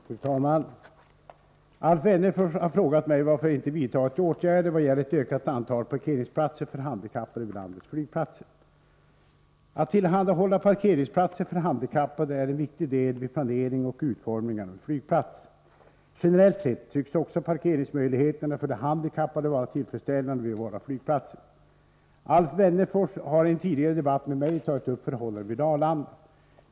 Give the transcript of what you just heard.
Fru talman! Alf Wennerfors har frågat mig varför jag inte vidtagit åtgärder vad gäller ett ökat antal parkeringsplatser för handikappade vid landets flygplatser. Att tillhandahålla parkeringsplatser för handikappade är en viktig del vid planeringen och utformningen av en flygplats. Generellt sett tycks också parkeringsmöjligheterna för de handikappade vara tillfredsställande vid våra flygplatser. Alf Wennerfors har i en tidigare debatt med mig tagit upp förhållandena vid Arlanda.